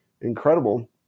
incredible